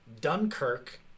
Dunkirk